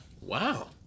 Wow